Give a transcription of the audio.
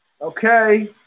Okay